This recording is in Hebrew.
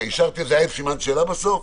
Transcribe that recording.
היה סימן שאלה בסוף?